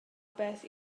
beth